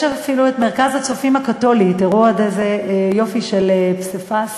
יש אפילו מרכז "הצופים הקתולים" תראו איזה יופי של פסיפס,